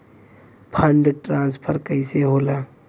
Fund transfer कैसे होला?